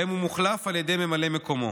שבהם הוא מוחלף על ידי ממלא מקומו.